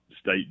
state